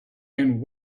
and